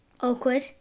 awkward